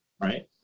Right